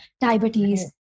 diabetes